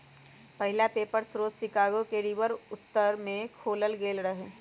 पहिला पेपर स्रोत Chicago river रिवर उत्तर में खोलल गेल रहै